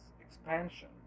expansion